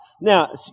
Now